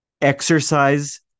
Exercise